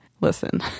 listen